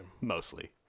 Mostly